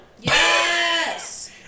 yes